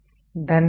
धन्यवाद